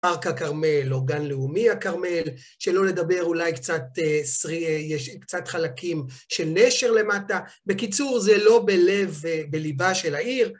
פארק הכרמל, או גן לאומי הכרמל, שלא לדבר אולי קצת שרי... אה... יש קצת חלקים של נשר למטה, בקיצור, זה לא בלב... בליבה של העיר,